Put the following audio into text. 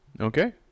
Okay